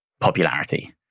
popularity